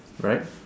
right